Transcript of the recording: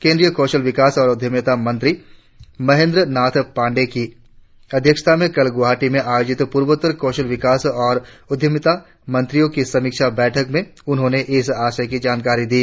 केंद्रीय कौशल विकास और उद्यमिता मंत्री महेंद्र नाथ पांड्ये की अध्यक्षता में कल गुहावाटी में आयोजित पूर्वोत्तर कौशल विकास और उद्यमिता मंत्रियों की समीक्षा बैठक में उन्होंने इस आश्य की जानकारी दी